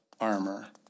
armor